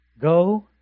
go